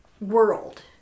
world